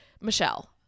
Michelle